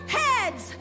heads